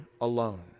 alone